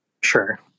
Sure